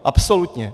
Absolutně!